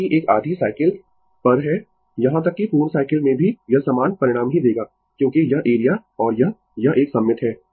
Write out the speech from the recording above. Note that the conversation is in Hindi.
यह n है ठीक है और 2√ एक आधी साइकिल पर i 2 वक्र का एरिया आधार की लंबाई के बराबर है सबकुछ मैंने लिख दिया है